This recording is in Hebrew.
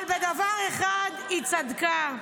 אבל בדבר אחד היא צדקה: